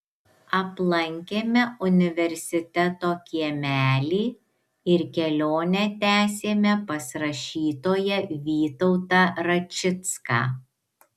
aplankėme universiteto kiemelį ir kelionę tęsėme pas rašytoją vytautą račicką